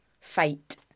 fight